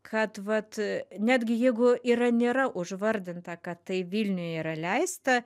kad vat netgi jeigu yra nėra užvardinta kad tai vilniuj yra leista